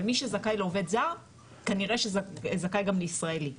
אבל מי שזכאי לעובד זר כנראה שזכאי גם לישראלי.